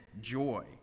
joy